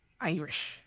Irish